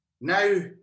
Now